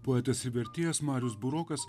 poetas ir vertėjas marius burokas